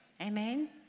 Amen